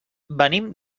venim